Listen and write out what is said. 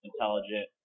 intelligent